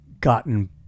gotten